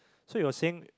so you were saying